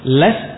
less